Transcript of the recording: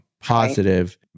positive